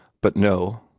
but, no,